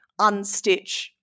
unstitch